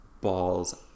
balls